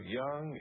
young